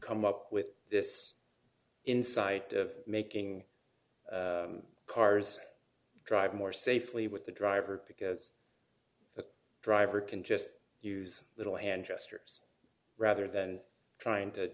come up with this insight of making cars drive more safely with the driver because the driver can just use little hand gestures rather than trying to